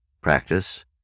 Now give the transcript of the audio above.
practice